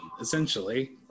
essentially